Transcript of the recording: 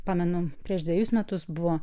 pamenu prieš dvejus metus buvo